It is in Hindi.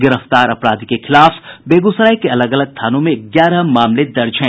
गिरफ्तार अपराधी के खिलाफ बेगूसराय के अलग अलग थानों में ग्यारह मामले दर्ज हैं